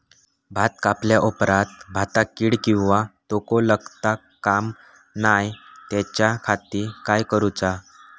भात कापल्या ऑप्रात भाताक कीड किंवा तोको लगता काम नाय त्याच्या खाती काय करुचा?